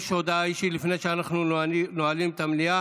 יש הודעה אישית, לפני שאנחנו נועלים את המליאה.